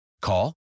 Call